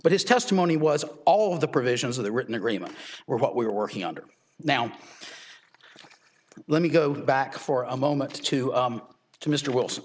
but his testimony was all of the provisions of the written agreement were what we were working under now let me go back for a moment to to mr wil